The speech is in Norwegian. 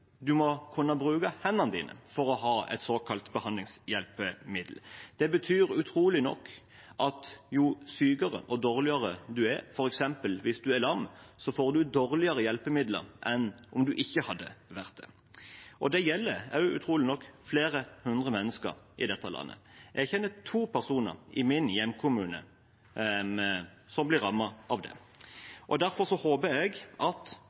må kunne bruke hendene sine for å ha et såkalt behandlingshjelpemiddel. Det betyr utrolig nok at jo sykere og dårligere man er, f.eks. hvis man er lam, får man dårligere hjelpemidler enn om man ikke hadde vært det. Det gjelder utrolig nok flere hundre mennesker i dette landet. Jeg kjenner to personer som blir rammet av det, i min hjemkommune. Derfor håper jeg at